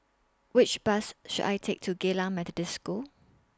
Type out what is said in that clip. Which Bus should I Take to Geylang Methodist School